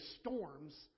storms